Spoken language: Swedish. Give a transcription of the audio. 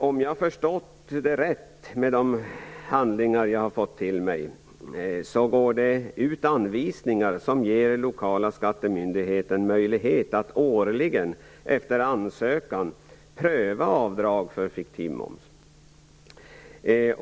Om jag har förstått de handlingar jag har fått mig tillsända rätt går det ut anvisningar som ger den lokala skattemyndigheten möjlighet att årligen efter ansökan pröva avdrag för fiktiv moms.